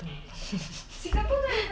probably should do some 太极